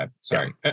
sorry